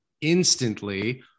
instantly